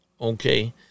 okay